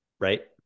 Right